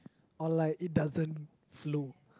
or like it doesn't flow